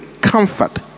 comfort